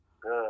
Good